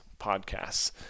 podcasts